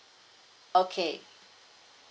okay